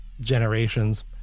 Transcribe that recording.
generations